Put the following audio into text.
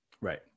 Right